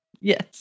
Yes